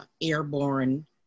airborne